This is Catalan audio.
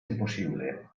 impossible